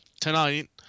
tonight